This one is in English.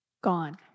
Gone